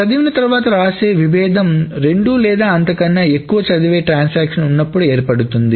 చదివిన తర్వాత వ్రాసే విభేదం రెండు లేదా అంతకన్నా ఎక్కువ చదివే ట్రాన్సాక్షన్లు ఉన్నప్పుడు ఏర్పడుతుంది